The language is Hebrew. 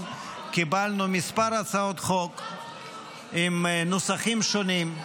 קיבלנו כמה הצעות חוק עם נוסחים שונים,